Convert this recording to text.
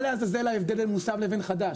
מה לעזאזל ההבדל בין מוסב לבין חדש?